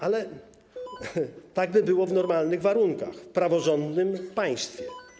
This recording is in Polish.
Ale tak by było w normalnych warunkach, w praworządnym państwie.